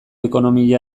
ekonomia